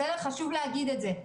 חשוב להגיד את זה.